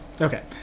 Okay